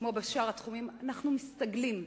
כמו בשאר התחומים, אנחנו מסתגלים.